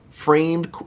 Framed